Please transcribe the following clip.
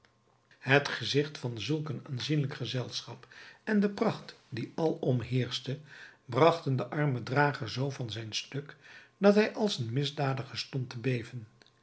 het gezigt van zulk een aanzienlijk gezelschap en de pracht die alom heerschte bragten den armen drager zoo van zijn stuk dat hij als een misdadiger stond te beven